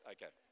Okay